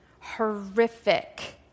horrific